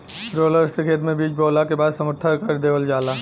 roller से खेत में बीज बोवला के बाद समथर कर देवल जाला